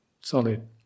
solid